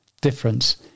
difference